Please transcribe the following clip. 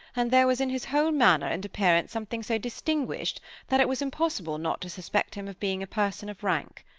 and there was in his whole manner and appearance something so distinguished that it was impossible not to suspect him of being a person of rank.